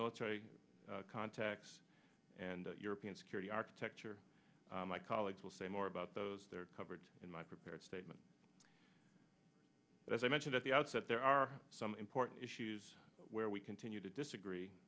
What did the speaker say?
military contacts and european security architecture my colleagues will say more about those they're covered in my prepared statement as i mentioned at the outset there are some important issues where we continue to disagree